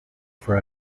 for